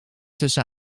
tussen